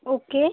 okay